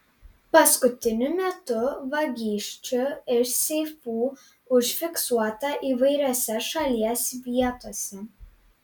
paskutiniu metu vagysčių iš seifų užfiksuota įvairiose šalies vietose